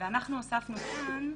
זה לא נמצא בנוסח?